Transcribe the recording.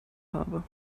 habe